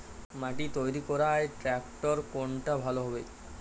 মাটি তৈরি করার ট্রাক্টর কোনটা ভালো হবে?